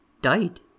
died